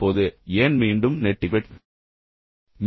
இப்போது ஏன் மீண்டும் நெட்டிக்வெட்